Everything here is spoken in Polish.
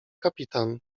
kapitan